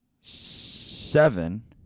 seven